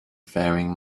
faring